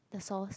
the sauce